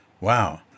Wow